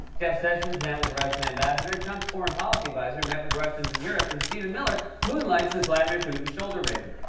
jeff sessions met with the russian ambassador. trump's foreign policy adviser met with russians in europe. and stephen miller moonlights as vladimir putin's shoulder raven.